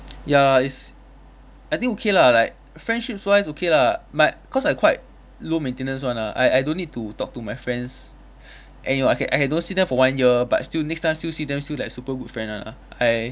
ya it's I think okay lah like friendships wise okay lah my cause I quite low maintenance [one] ah I I don't need to talk to my friends and you know I can I can don't see them for one year but still next time still see them still like super good friend ah I